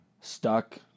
Stuck